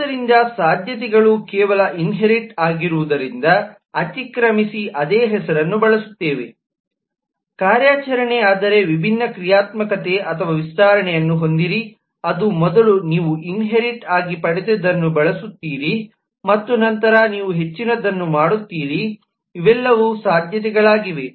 ಆದ್ದರಿಂದ ಸಾಧ್ಯತೆಗಳು ಕೇವಲ ಇನ್ಹೇರಿಟ್ ಆಗಿರುವುದರಿಂದ ಅತಿಕ್ರಮಿಸಿ ಅದೇ ಹೆಸರನ್ನು ಬಳಸುತ್ತವೆ ಕಾರ್ಯಾಚರಣೆ ಆದರೆ ವಿಭಿನ್ನ ಕ್ರಿಯಾತ್ಮಕತೆ ಅಥವಾ ವಿಸ್ತರಣೆಯನ್ನು ಹೊಂದಿರಿ ಅದು ಮೊದಲು ನೀವು ಇನ್ಹೇರಿಟ್ ಆಗಿ ಪಡೆದದ್ದನ್ನು ಬಳಸಿತ್ತೀರಿ ಮತ್ತು ನಂತರ ನೀವು ಹೆಚ್ಚಿನದನ್ನು ಮಾಡುತ್ತೀರಿ ಇವೆಲ್ಲವೂ ಸಾಧ್ಯತೆಗಳಾಗಿವೆ